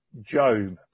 Job